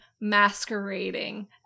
masquerading